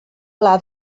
pla